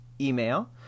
email